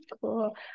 cool